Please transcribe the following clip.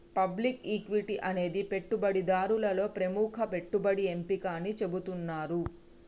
public equity అనేది పెట్టుబడిదారులలో ప్రముఖ పెట్టుబడి ఎంపిక అని చెబుతున్నరు